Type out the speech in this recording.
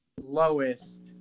lowest